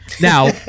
Now